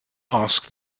ask